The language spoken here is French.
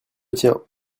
tien